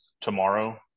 tomorrow